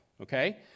okay